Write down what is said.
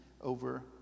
over